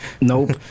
Nope